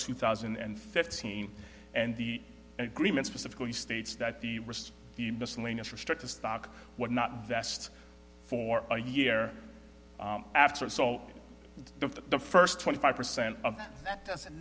two thousand and fifteen and the agreement specifically states that the wrist be miscellaneous restricted stock what not vest for a year after so the first twenty five percent of that doesn't